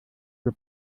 wir